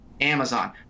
Amazon